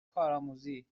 کارآموزی